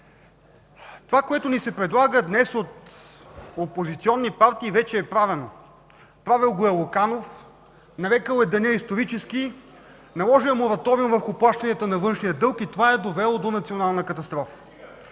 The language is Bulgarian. Това, което ни се предлага днес от опозиционни партии, вече е правено – правил го е Луканов, нарекъл е деня „исторически”, наложил е мораториум върху плащанията на външния дълг и това е довело до национална катастрофа.